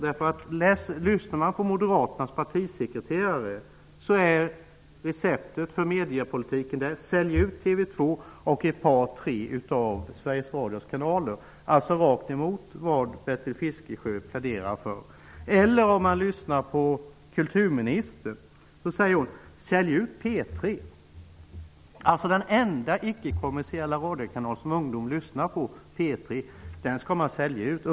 Lyssnar man till Moderaternas partisekreterare är receptet för mediepolitiken: Sälj ut TV 2 och ett par, tre av Sveriges Radios kanaler. Det är tvärtemot vad Bertil Fiskesjö pläderar för. När man lyssnar till kulturministern säger hon: Sälj ut P 3. Den enda icke-kommersiella radiokanal som ungdomar lyssnar på, dvs. P 3, skall man sälja ut.